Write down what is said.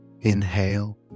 Inhale